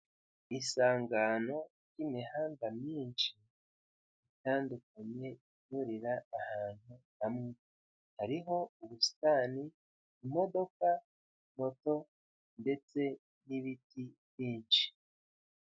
Isangano ry'imihanda myinshi itandukanye ihurira ahantu hamwe, hariho ubusitani, imodoka, moto, ndetse n'ibiti byinshi.